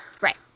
Right